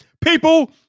people